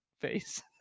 face